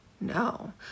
no